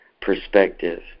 perspective